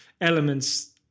elements